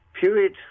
period